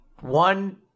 one